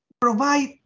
provide